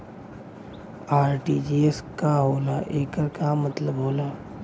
RTGS का होला एकर का मतलब होला?